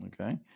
Okay